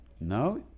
No